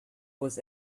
was